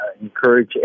encourage